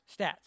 stats